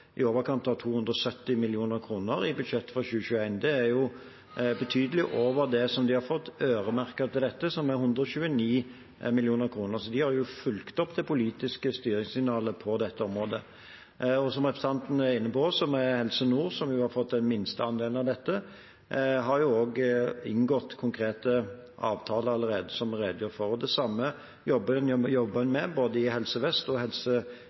i overkant av 270 mill. kr i budsjettet for 2021. Det er betydelig over det som de har fått øremerket til dette, som er 129 mill. kr, så de har jo fulgt opp det politiske styringssignalet på dette området. Som representanten er inne på, har Helse Nord, som har fått den minste andelen av dette, også inngått konkrete avtaler allerede, som vi redegjør for. Det samme jobber en med både i Helse Vest og i Helse